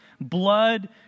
blood